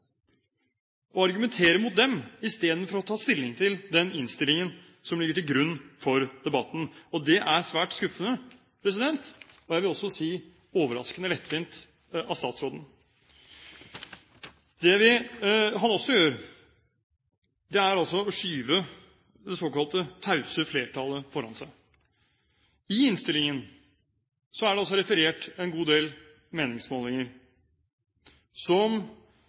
mot dem, istedenfor å ta stilling til den innstillingen som ligger til grunn for debatten. Det er svært skuffende, og, jeg vil også si, overraskende lettvint av statsråden. Det han også gjør, er å skyve det såkalte tause flertallet foran seg. I innstillingen er det også referert til en god del meningsmålinger som